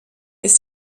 ist